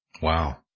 Wow